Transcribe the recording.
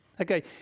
okay